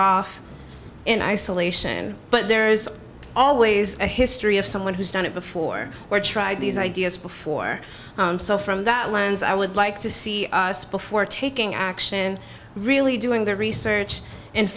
off in isolation but there is always a history of someone who's done it before or tried these ideas before so from that lens i would like to see us before taking action really doing the research and